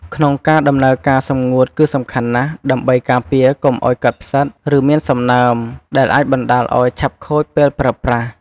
ក្នុងការដំណើរការសម្ងួតគឺសំខាន់ណាស់ ដើម្បីការពារកុំឲ្យកើតផ្សិត ឬមានសំណើម ដែលអាចបណ្ដាលឲ្យឆាប់ខូចពេលប្រើប្រាស់។